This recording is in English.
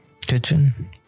Kitchen